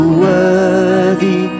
worthy